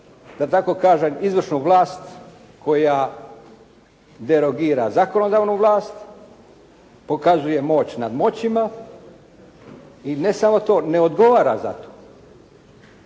da tako kažem izvršnu vlast koja derogira zakonodavnu vlast. Pokazuje moć nad moćima. I ne samo to. Ne odgovara za to.